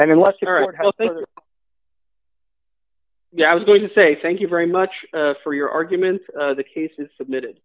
and unless you're a healthy yeah i was going to say thank you very much for your argument the case is submitted